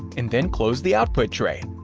and then close the output tray.